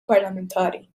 parlamentari